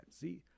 See